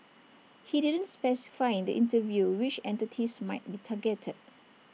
he didn't specify in the interview which entities might be targeted